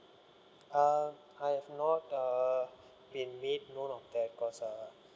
uh I have not uh been made known of that cause uh